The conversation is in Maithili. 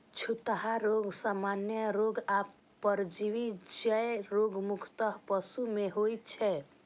छूतहा रोग, सामान्य रोग आ परजीवी जन्य रोग मुख्यतः पशु मे होइ छै